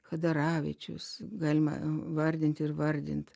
chadaravičius galima vardint ir vardint